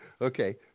Okay